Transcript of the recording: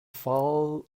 fall